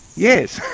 yes.